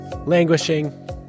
languishing